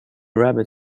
rabbit